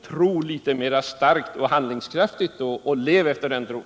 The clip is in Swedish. Tro då litet mera starkt och handlingskraftigt och lev efter den tron.